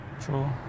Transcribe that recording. True